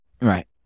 Right